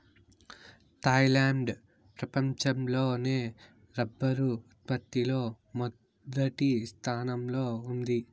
Thailand ప్రపంచం లోనే రబ్బరు ఉత్పత్తి లో మొదటి స్థానంలో ఉంది